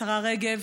השרה רגב,